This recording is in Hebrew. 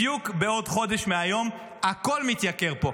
בדיוק בעוד חודש מהיום הכול מתייקר פה,